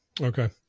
Okay